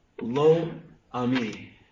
Lo-Ami